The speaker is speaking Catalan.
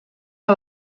que